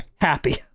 happy